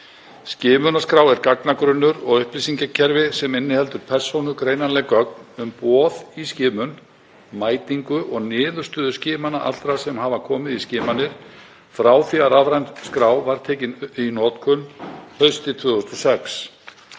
Skimunarskrá er gagnagrunnur og upplýsingakerfi sem inniheldur persónugreinanleg gögn um boð í skimun, mætingu og niðurstöður skimana allra sem komið hafa í skimanir frá því að rafræn skrá var tekin í notkun haustið 2006.